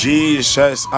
Jesus